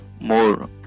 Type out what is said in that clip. more